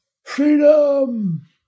freedom